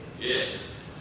Yes